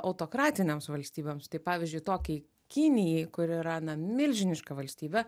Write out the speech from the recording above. autokratinėms valstybėms tai pavyzdžiui tokiai kinijai kur yra na milžiniška valstybė